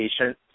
patient